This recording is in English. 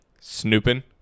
snooping